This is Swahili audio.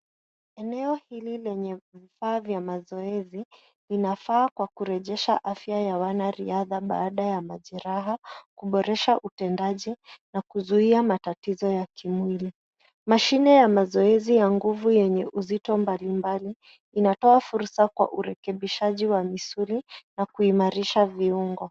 Eneo hili lenye vifaa vya mazoezi, vinafaa kwa kurejesha afya ya wanariadha baada ya majeraha, kuboresha utendaji, na kuzuia matatizo ya kimwili. Mashine ya mazoezi ya nguvu yenye uzito mbalimbali, inatoa fursa kwa urekebishaji wa misuli na kuimarisha viungo.